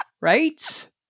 Right